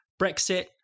brexit